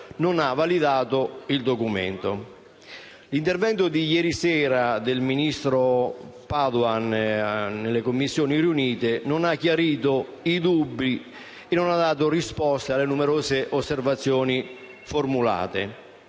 non ha validato il documento. L'intervento di ieri sera del ministro Padoan nelle Commissioni riunite non ha chiarito i dubbi e non ha dato risposta alle numerose osservazioni formulate.